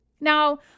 Now